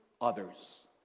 others